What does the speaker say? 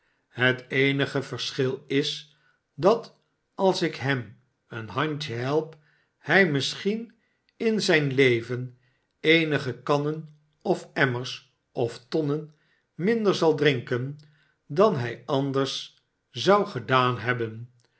het eemge verschil is dat als ik hem een handje help hij misschien in zijn leven eemge kannen of emmers of tonnen minder zal drinken dan hij anders zou gedaan hebben